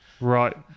Right